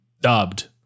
dubbed